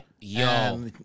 Yo